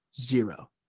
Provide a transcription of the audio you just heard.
zero